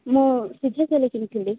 ମୁଁ ସୁଜି କିଲେ କିଣି ଥିଲି